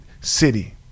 city